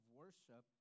worship